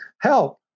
help